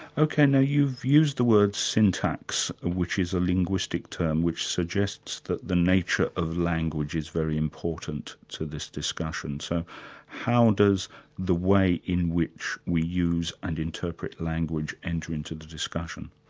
ok, now you've used the word syntax, which is a linguistic term which suggests that the nature of language is very important to this discussion. so how does the way in which we use and interpret language enter into the discussion?